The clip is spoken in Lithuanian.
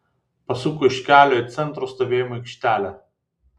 pasuko iš kelio į centro stovėjimo aikštelę